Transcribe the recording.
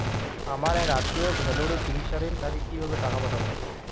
আমার এক আত্মীয় ভেলোরে চিকিৎসাধীন তাকে কি ভাবে টাকা পাঠাবো?